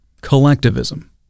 Collectivism